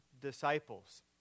disciples